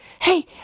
Hey